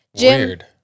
Weird